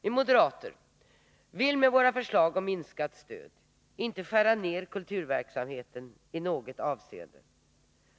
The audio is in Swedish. Vi moderater vill med våra förslag om minskat stöd inte skära ner kulturverksamheten i något avseende.